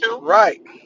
right